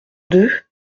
deux